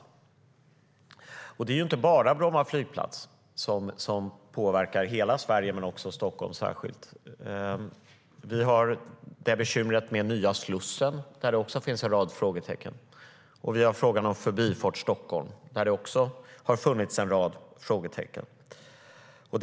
Det gäller tyvärr inte bara Bromma flygplats, som påverkar hela Sverige men särskilt Stockholm, utan vi har också bekymret med nya Slussen där det finns en rad frågetecken. Vi har även frågan om Förbifart Stockholm, där det har funnits en rad frågetecken.